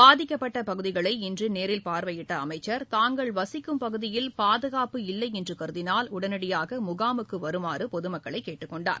பாதிக்கப்பட்டபகுதிகளை இன்றுநேரில் பார்வையிட்டஅமைச்சர் தாங்கள் வசிக்கும் பகுதியில் பாதுகாப்பு இல்லைஎன்றுகருதினால் உடனடியாகமுகாமுக்குவருமாறுபொதுமக்களைஅவர் கேட்டுக்கொண்டார்